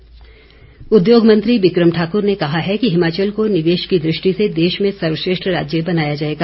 become Singh उद्योग मंत्री बिक्रम ठाकुर ने कहा है कि हिमाचल को निवेश की दृष्टि से देश में सर्वश्रेष्ठ राज्य बनाया जाएगा